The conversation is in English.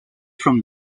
from